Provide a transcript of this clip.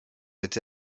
été